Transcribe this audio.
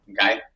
okay